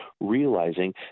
Realizing